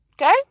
okay